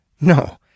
No